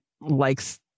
likes